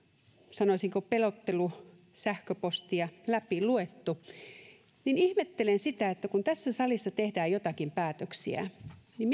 sanoisinko pelottelusähköpostia läpi luettu ja ihmettelen sitä että kun tässä salissa tehdään joitakin päätöksiä niin